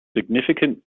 significant